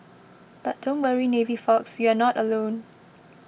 but don't worry navy folks you're not alone